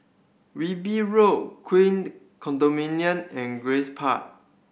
Wilby Road Queened Condominium and Grace Park